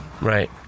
Right